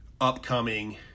upcoming